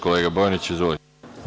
Kolega Bojaniću, izvolite.